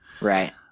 Right